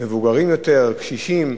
מבוגרים יותר, קשישים.